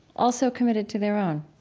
also committed to their own